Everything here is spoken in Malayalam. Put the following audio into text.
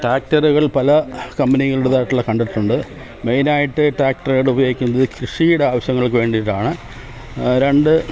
ട്രാക്ടറുകൾ പല കമ്പനികളുടേതായിട്ടുള്ളത് കണ്ടിട്ടുണ്ട് മെയിൻ ആയിട്ട് ട്രാക്ടറുകൾ ഉപയോഗിക്കുന്നത് കൃഷിയുടെ ആവശ്യങ്ങൾക്ക് വേണ്ടിയിട്ടാണ് രണ്ട്